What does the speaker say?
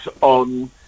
on